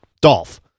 Dolph